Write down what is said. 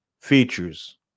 features